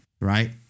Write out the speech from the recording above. right